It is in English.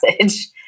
message